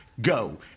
Go